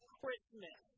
Christmas